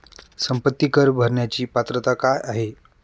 संपत्ती कर भरण्याची पात्रता काय आहे?